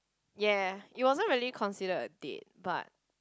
ya it wasn't really considered a date but